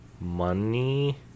money